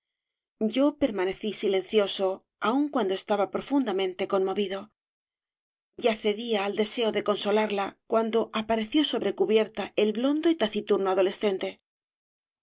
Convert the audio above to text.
yo permanecí silencioso aun cuando estaba profundamente conmovido ya cedía al deseo de consolarla cuando apareció sobre cubierta el b ondo y taciturno adolescente